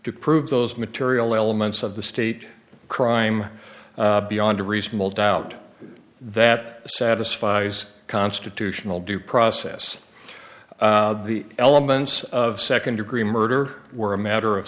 to prove those material elements of the state crime beyond a reasonable doubt that satisfies constitutional due process the elements of second degree murder were a matter of